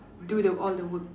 do the all the work